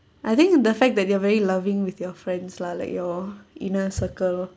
I think the fact that you are very loving with your friends lah like your inner circle